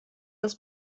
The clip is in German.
das